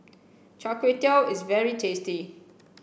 Char Kway Teow is very tasty